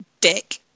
Dick